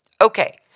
Okay